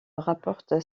rapporte